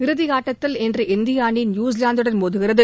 இறுதியாட்டத்தில் இன்று இந்திய அணி நியுசிலாந்துடன் மோதுகிறது